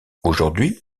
aujourd’hui